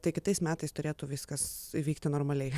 tai kitais metais turėtų viskas įvykti normaliai